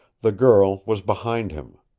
the girl was behind him.